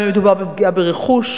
גם אם מדובר בפגיעה ברכוש,